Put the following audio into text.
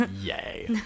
Yay